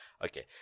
Okay